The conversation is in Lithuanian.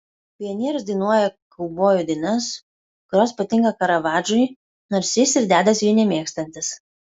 pionierius dainuoja kaubojų dainas kurios patinka karavadžui nors jis ir dedasi jų nemėgstantis